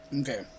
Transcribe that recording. Okay